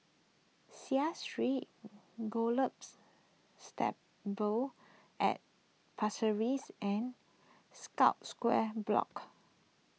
Seah Street Gallops Stables at Pasir Ris and Scotts Square Block